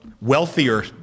wealthier